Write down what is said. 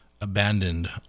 abandoned